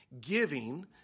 giving